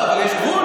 לא, אבל יש גבול.